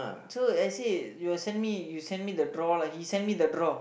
so I say you got send me you send me the draw lah he send me the draw